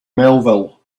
melville